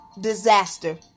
disaster